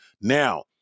Now